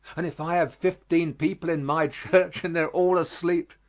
and if i have fifteen people in my church, and they're all asleep,